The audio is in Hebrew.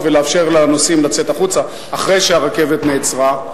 ולאפשר לנוסעים לצאת החוצה אחרי שהרכבת נעצרה.